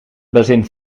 bazin